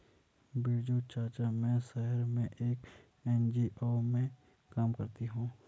बिरजू चाचा, मैं शहर में एक एन.जी.ओ में काम करती हूं